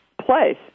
place